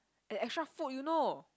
extra food you know